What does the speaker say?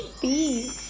b-